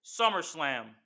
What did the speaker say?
SummerSlam